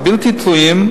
הבלתי-תלויים,